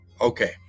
Okay